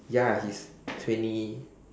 ya he's twenty